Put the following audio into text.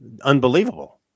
unbelievable